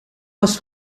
was